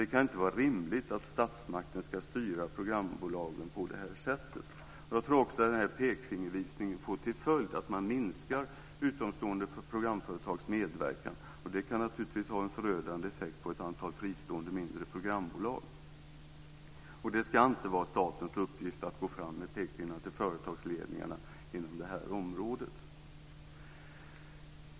Det kan inte vara rimligt att statsmakten ska styra programbolagen på det sättet. Jag tror också att den här pekfingervisningen får till följd att man minskar utomstående programföretags medverkan. Det kan naturligtvis ha en förödande effekt på ett antal fristående mindre programbolag, och det ska inte vara statens uppgift att gå fram med pekpinnar till företagsledningarna inom det här området.